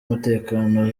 umutekano